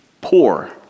poor